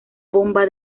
bomba